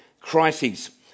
crises